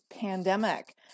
pandemic